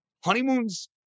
Honeymoons